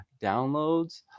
downloads